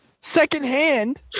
secondhand